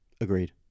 Agreed